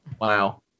wow